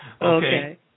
Okay